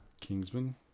Kingsman